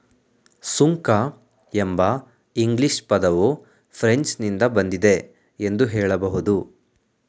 ಸುಂಕ ಎಂಬ ಇಂಗ್ಲಿಷ್ ಪದವು ಫ್ರೆಂಚ್ ನಿಂದ ಬಂದಿದೆ ಎಂದು ಹೇಳಬಹುದು